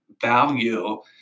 value